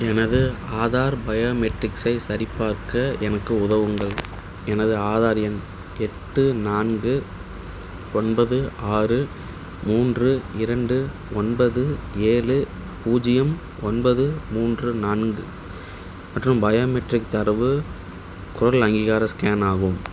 எனது ஆதார் பயோமெட்ரிக்ஸை சரிப்பார்க்க எனக்கு உதவுங்கள் எனது ஆதார் எண் எட்டு நான்கு ஒன்பது ஆறு மூன்று இரண்டு ஒன்பது ஏழு பூஜ்ஜியம் ஒன்பது மூன்று நான்கு மற்றும் பயோமெட்ரிக் தரவு குரல் அங்கீகார ஸ்கேன் ஆகும்